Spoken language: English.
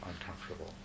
uncomfortable